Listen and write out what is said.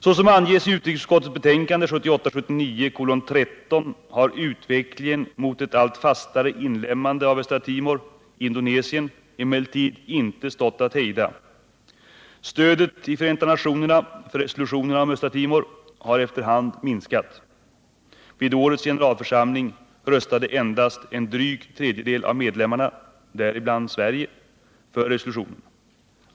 Såsom anges i utrikesutskottets betänkande 1978/79:13 har utvecklingen mot ett allt fastare inlemmande av Östra Timor i Indonesien emellertid inte stått att hejda. Stödet i FN för resolutionerna om Östra Timor har efter hand minskat. Vid årets generalförsamling röstade endast en dryg tredjedel av medlemmarna, varibland Sverige, för resolutionen.